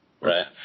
Right